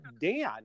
Dan